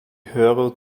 hörer